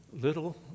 little